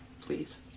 please